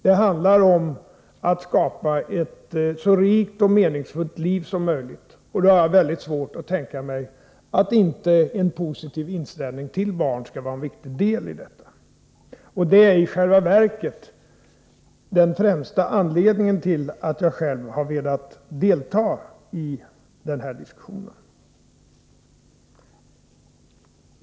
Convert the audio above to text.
Det handlar om att skapa ett så rikt och meningsfullt liv som möjligt, och då har jag väldigt svårt att tänka mig att inte en positiv inställning till barn skall vara en viktig del i det. Detta är egentligen den främsta anledningen till att jag själv har velat delta i de här diskussionerna.